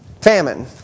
Famine